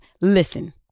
listen